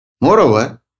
Moreover